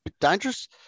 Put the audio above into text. Dangerous